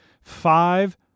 five